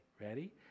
Ready